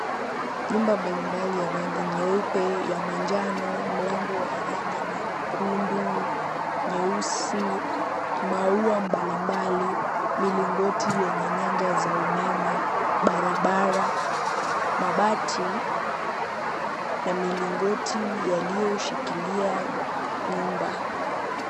Nyumba mbalimbali ya rangi; nyeupe, ya manjano, mlango wa rangi nyekundu, nyeusi, maua mbalimbali, milingoti yenye nyanja za umeme, barabara, mabati na milingoti yaliyoshikilia nyumba.